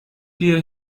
wir